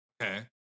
Okay